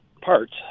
parts